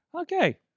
Okay